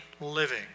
living